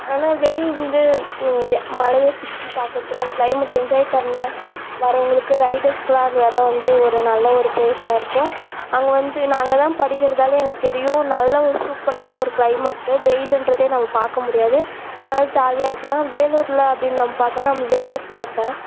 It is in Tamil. ஆனால் வெளியிருந்து மலையை சுற்றி பார்க்குறத்துக்கு அந்த க்ளைமேட் என்ஜாய் பண்ண வர்றவங்களுக்கு ரைடர்ஸ்கு எல்லாம் அந்த இடோம் வந்து ஒரு நல்ல ஒரு ப்ளேஸாகருக்கும் அங்கேவந்து நான் அங்கேதான் படிக்கிறதால் எனக்கு தெரியும் நல்ல ஒரு சூப்பரான ஒரு க்ளைமேட்டு வெயிலுன்றதே நம்ம பார்க்கமுடியாது நல்லா ஜாலியாக இருக்கலாம் வேலூரில் அப்படின்னு நம்ப பார்த்தோன்னா நம்ப வேலூர் கோட்டை